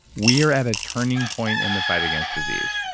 we are at a turning point in the fight against disease.